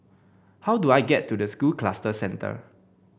how do I get to the School Cluster Centre